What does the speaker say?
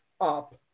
up